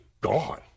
gone